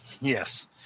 yes